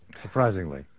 surprisingly